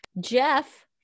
Jeff